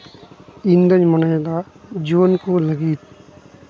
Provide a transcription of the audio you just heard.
ᱤᱧᱫᱩᱧ ᱢᱚᱱᱮᱭᱫᱟ ᱡᱩᱣᱟᱹᱱ ᱠᱚ ᱞᱟᱹᱜᱤᱫ